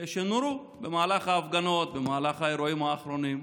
שנורו במהלך ההפגנות, במהלך האירועים האחרונים.